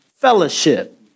fellowship